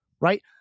Right